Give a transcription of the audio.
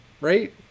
Right